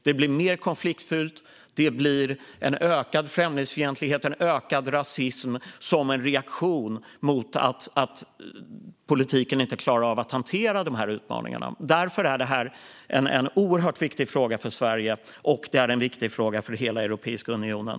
Det blir mer konfliktfyllt, och det blir ökad främlingsfientlighet och ökad rasism som en reaktion mot att politiken inte klarar av att hantera dessa utmaningar. Därför är detta en oerhört viktig fråga för Sverige - och det är en viktig fråga för hela Europeiska unionen.